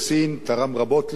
תרם רבות לישראל.